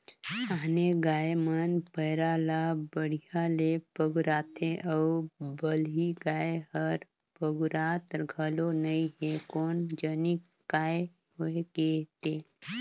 आने गाय मन पैरा ला बड़िहा ले पगुराथे अउ बलही गाय हर पगुरात घलो नई हे कोन जनिक काय होय गे ते